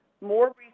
More